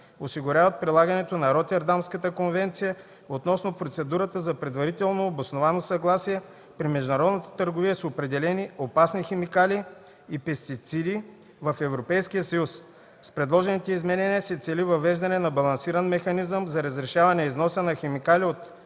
осигуряват прилагането на Ротердамската конвенция относно процедурата за предварително обосновано съгласие при международната търговия с определени опасни химикали и пестициди в Европейския съюз. С предложените изменения се цели въвеждане на балансиран механизъм за разрешаване износа на химикали от